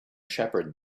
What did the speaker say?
shepherd